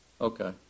Okay